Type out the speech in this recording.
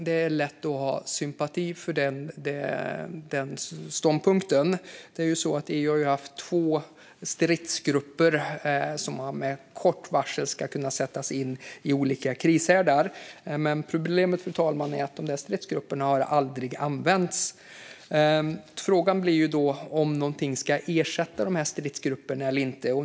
Det är lätt att ha sympati för den ståndpunkten. EU har haft två stridsgrupper som med kort varsel ska kunna sättas in i olika krishärdar, men problemet är att dessa stridsgrupper aldrig har använts. Frågan är om något ska ersätta dessa stridsgrupper eller inte.